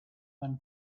when